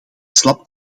slap